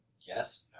yes